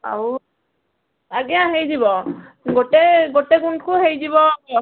ଆଉ ଆଜ୍ଞା ହେଇଯିବ ଗୋଟେ ଗୋଟେ ଗୁଣ୍ଠକୁ ହେଇଯିବ